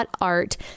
.art